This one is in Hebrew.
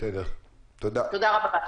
תודה רבה.